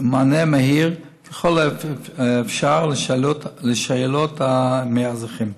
ומענה מהיר ככל האפשר על שאלות מהאזרחים.